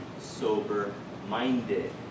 sober-minded